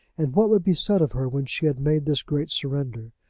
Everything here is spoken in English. and what would be said of her when she had made this great surrender?